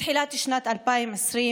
מתחילת שנת 2020,